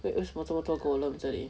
为为什么这么多 golem 这里